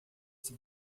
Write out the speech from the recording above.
este